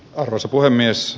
arvoisa puhemies